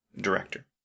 director